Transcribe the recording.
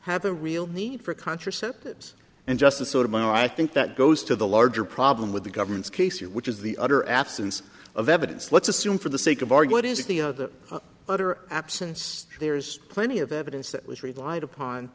have a real need for contraceptives and just a sort of my i think that goes to the larger problem with the government's case you which is the utter absence of evidence let's assume for the sake of argument is it the other utter absence there is plenty of evidence that was relied upon